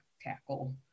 tackle